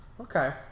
Okay